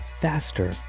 faster